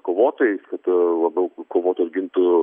kovotojais kad labiau k kovotų ir gintų